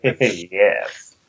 Yes